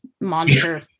monster